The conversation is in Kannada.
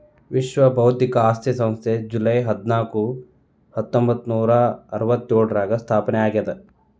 ವಿಶ್ವ ಬೌದ್ಧಿಕ ಆಸ್ತಿ ಸಂಸ್ಥೆ ಜೂಲೈ ಹದ್ನಾಕು ಹತ್ತೊಂಬತ್ತನೂರಾ ಅರವತ್ತ್ಯೋಳರಾಗ ಸ್ಥಾಪನೆ ಆಗ್ಯಾದ